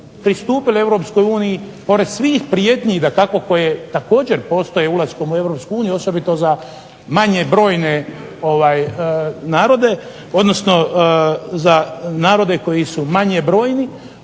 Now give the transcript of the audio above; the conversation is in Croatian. pristupile Europskoj uniji pored svih prijetnji dakako koje također postoje ulaskom u Europsku uniju, osobito za manje brojne narode, odnosno za narode koji su manje brojni,